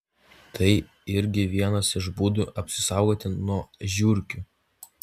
tai irgi vienas iš būdų apsisaugoti nuo žiurkių